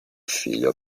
figlio